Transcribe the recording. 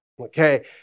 okay